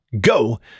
go